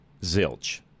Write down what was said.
zilch